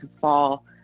fall